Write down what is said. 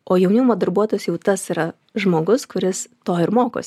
o jaunimo darbuotojas jau tas yra žmogus kuris to ir mokos